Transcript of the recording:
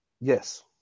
Yes